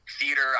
theater